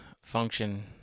function